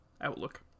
outlook